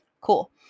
Cool